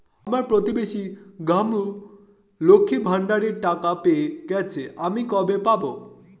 আমার প্রতিবেশী গাঙ্মু, লক্ষ্মীর ভান্ডারের টাকা পেয়ে গেছে, আমি কবে পাব?